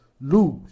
lose